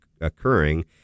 occurring